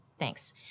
Thanks